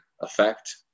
effect